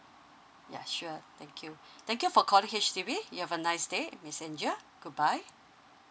ya sure thank you thank you for calling H_D_B you have a nice day miss angel goodbye